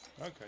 Okay